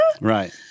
Right